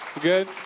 Good